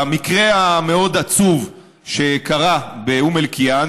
במקרה המאוד-עצוב שקרה באום אל-חיראן,